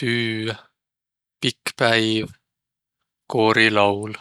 tüü, pikk päiv, koorilaul.